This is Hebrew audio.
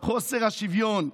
חוסר השוויון,